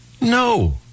no